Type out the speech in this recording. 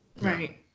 Right